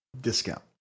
discount